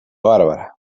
bàrbara